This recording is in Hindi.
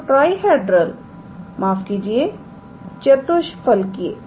तो ट्राईहैडरल माफ कीजिए चतुष्फलकीय